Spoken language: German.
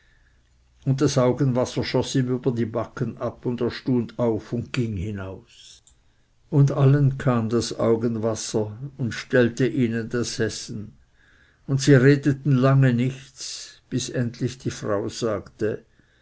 und das augenwasser schoß ihm über die backen ab und er stund auf und ging hinaus und allen kam das augenwasser und stellte ihnen das essen und sie redeten lange nichts bis endlich die frau sagte